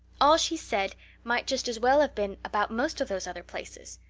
all she said might just as well have been about most of those other places.